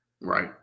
right